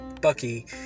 Bucky